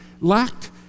lacked